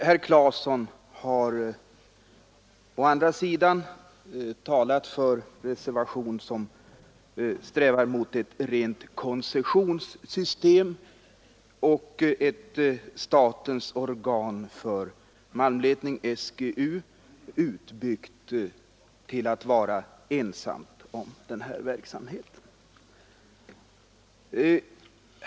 Herr Claeson har talat för en rreservation som siktar till ett rent koncessionssystem och statens organ för malmletning, SGU, utbyggt till att vara ensamt om verksamheten.